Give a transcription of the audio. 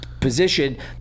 position